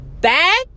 back